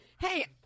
Hey